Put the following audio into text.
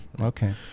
okay